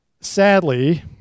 Sadly